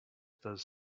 does